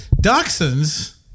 dachshunds